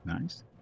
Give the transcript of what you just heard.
Nice